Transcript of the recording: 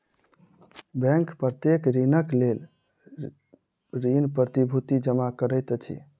bank प्रत्येक ऋणक लेल ऋण प्रतिभूति जमा करैत अछि